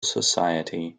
society